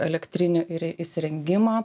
elektrinių įsirengimą